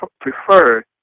prefer